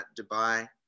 Dubai